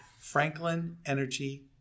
franklinenergy